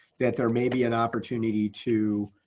that there may be an opportunity to